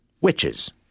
witches